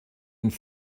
and